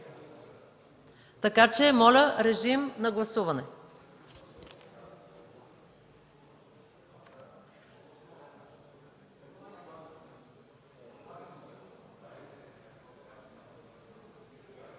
така че моля режим на гласуване.